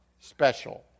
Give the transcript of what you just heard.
special